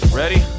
ready